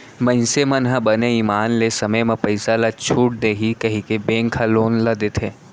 मइनसे मन ह बने ईमान ले समे म पइसा ल छूट देही कहिके बेंक ह लोन ल देथे